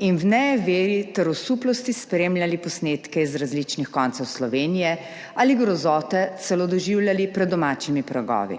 in v nejeveri ter osuplosti spremljali posnetke z različnih koncev Slovenije ali grozote celo doživljali pred domačimi pragovi.